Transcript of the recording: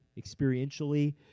experientially